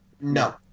No